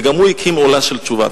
וגם הוא הקים עולה של תשובה.